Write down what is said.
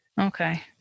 Okay